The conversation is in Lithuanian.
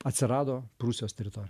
atsirado prūsijos teritorijoj